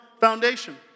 foundation